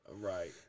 Right